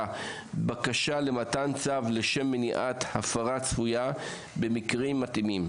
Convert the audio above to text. בקשה למתן צו לשם מניעת הפרה צפויה במקרים מתאימים.